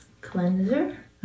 cleanser